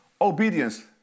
obedience